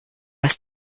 ist